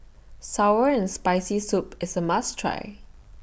Sour and Spicy Soup IS A must Try